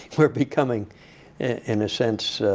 we're becoming in a sense